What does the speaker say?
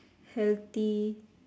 healthy